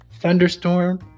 thunderstorm